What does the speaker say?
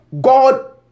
God